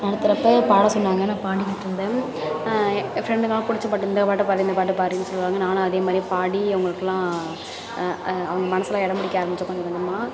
நடத்துறப்போ பாட சொன்னாங்க நான் பாடிக்கிட்டு இருந்தேன் என் ஃப்ரெண்டுங்களாம் பிடிச்ச பாட்டு இந்த பாட்டை பாடு இந்த பாட்டை பாடுனு சொல்வாங்க நானும் அதேமாதிரியே பாடி அவங்களுக்குலாம் அவங்க மனசில் இடம் பிடிக்க ஆரம்பித்தேன் கொஞ்சம் கொஞ்சமாக